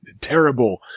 terrible